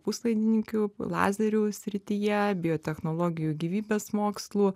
puslaidininkių lazerių srityje biotechnologijų gyvybės mokslų